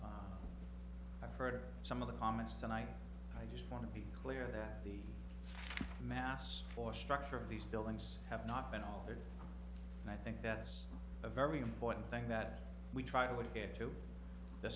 c i've heard some of the comments tonight i just want to be clear that the mass force structure of these buildings have not been altered and i think that's a very important thing that we try to would get to the